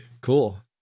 cool